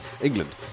England